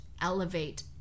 elevate